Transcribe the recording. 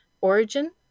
origin